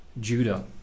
Judah